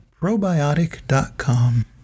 probiotic.com